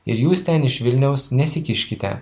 ir jūs ten iš vilniaus nesikiškite